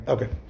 Okay